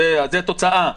זו התוצאה,